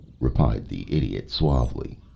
replied the idiot, suavely.